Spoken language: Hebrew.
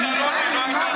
מי הקים אותו?